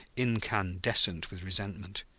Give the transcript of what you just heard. incandescent with resentment.